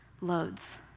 loads